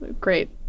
great